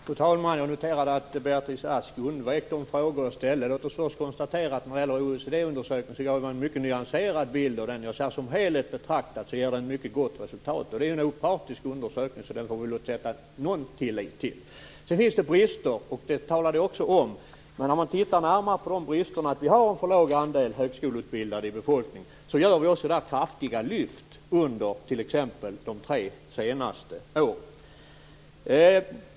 Fru talman! Jag noterade att Beatrice Ask undvek de frågor som jag ställde. Låt oss först konstatera att jag gav en mycket nyanserad bild av OECD undersökningen. Jag sade att som helhet betraktad ger den ett mycket gott resultat. Det är en opartisk undersökning, därför får vi nog sätta någon tillit till den. Sedan finns det brister, och det talade jag också om. Men om man tittar närmare på dessa brister, t.ex. att vi har en för liten andel högskoleutbildade i befolkningen, har det gjorts kraftiga lyft under t.ex. de tre senaste åren.